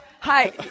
hi